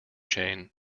chain